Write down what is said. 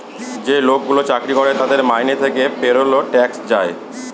যে লোকগুলো চাকরি করে তাদের মাইনে থেকে পেরোল ট্যাক্স যায়